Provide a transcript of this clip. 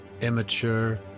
immature